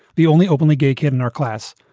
the only openly gay kid and our class.